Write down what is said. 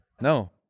No